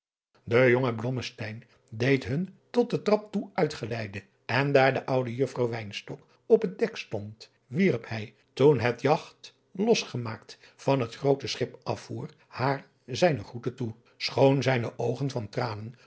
de jonge blommesteyn deed hun tot den trap toe uitgeleide en daar de oude juffrouw wynstok op het dek stond wierp hij toen het jagt losgemaakt van het groote schip afvoer haar zijne groete toe schoon zijne oogen van tranen